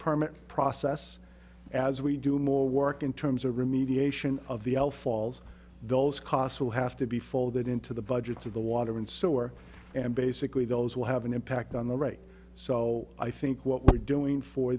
permit process as we do more work in terms of remediation of the l falls those costs will have to be folded into the budgets of the water and sewer and basically those will have an impact on the right so i think what we're doing for